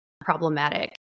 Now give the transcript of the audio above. problematic